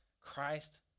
Christ